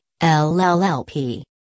LLLP